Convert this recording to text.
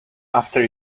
after